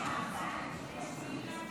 כבוד היושב-ראש,